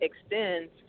extends